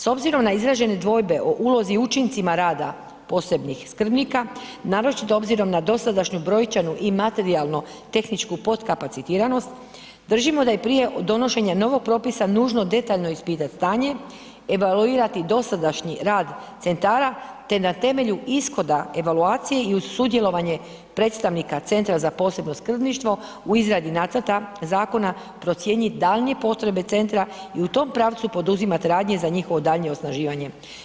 S obzirom na izražene dvojbe o ulozi i učincima rada posebnih skrbnika, naročito obzirom na dosadašnju brojčanu i materijalno tehničku potkapacitiranost držimo da je prije donošenja novog propisa nužno detaljno ispitat stanje, evaluirati dosadašnji rad centara te na temelju ishoda evaluacije i uz sudjelovanje predstavnika Centra za posebno skrbništvo u izradi nacrta zakona procijenit daljnje potrebe centra i u tom pravcu poduzimat radnje za njihovo daljnje osnaživanje.